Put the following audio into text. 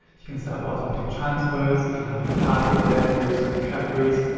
you can set up automatic transfers, you can have a target date to reach certain categories,